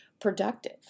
productive